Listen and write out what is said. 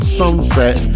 sunset